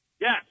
Yes